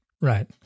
Right